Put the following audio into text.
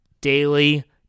daily